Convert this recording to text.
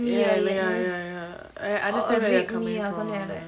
ya ya ya ya I understand where they are coming from